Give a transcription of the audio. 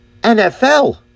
NFL